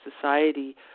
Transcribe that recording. society